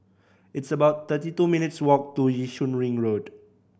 it's about thirty two minutes' walk to Yishun Ring Road